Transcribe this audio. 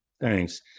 Thanks